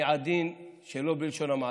אני עדין, שלא בלשון המעטה,